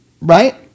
right